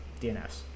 DNS